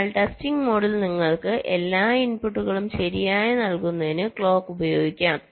അതിനാൽ ടെസ്റ്റിംഗ് മോഡിൽ നിങ്ങൾക്ക് എല്ലാ ഇൻപുട്ടുകളും ശരിയായി നൽകുന്നതിന് ക്ലോക്ക് ഉപയോഗിക്കാം